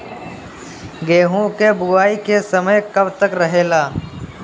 गेहूँ के बुवाई के समय कब तक रहेला?